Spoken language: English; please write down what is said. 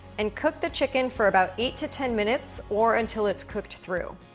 and cook the chicken for about eight to ten minutes, or until it's cooked through.